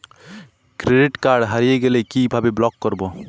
Credit card হারিয়ে গেলে কি ভাবে ব্লক করবো?